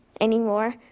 anymore